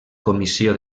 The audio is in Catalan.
comissió